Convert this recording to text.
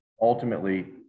ultimately